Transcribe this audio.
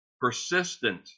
persistent